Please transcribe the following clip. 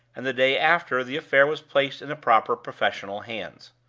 and the day after the affair was placed in the proper professional hands.